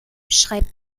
schreibt